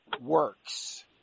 works